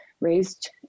raised